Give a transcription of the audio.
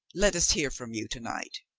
let us hear from you to-night.